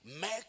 make